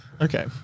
Okay